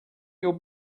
your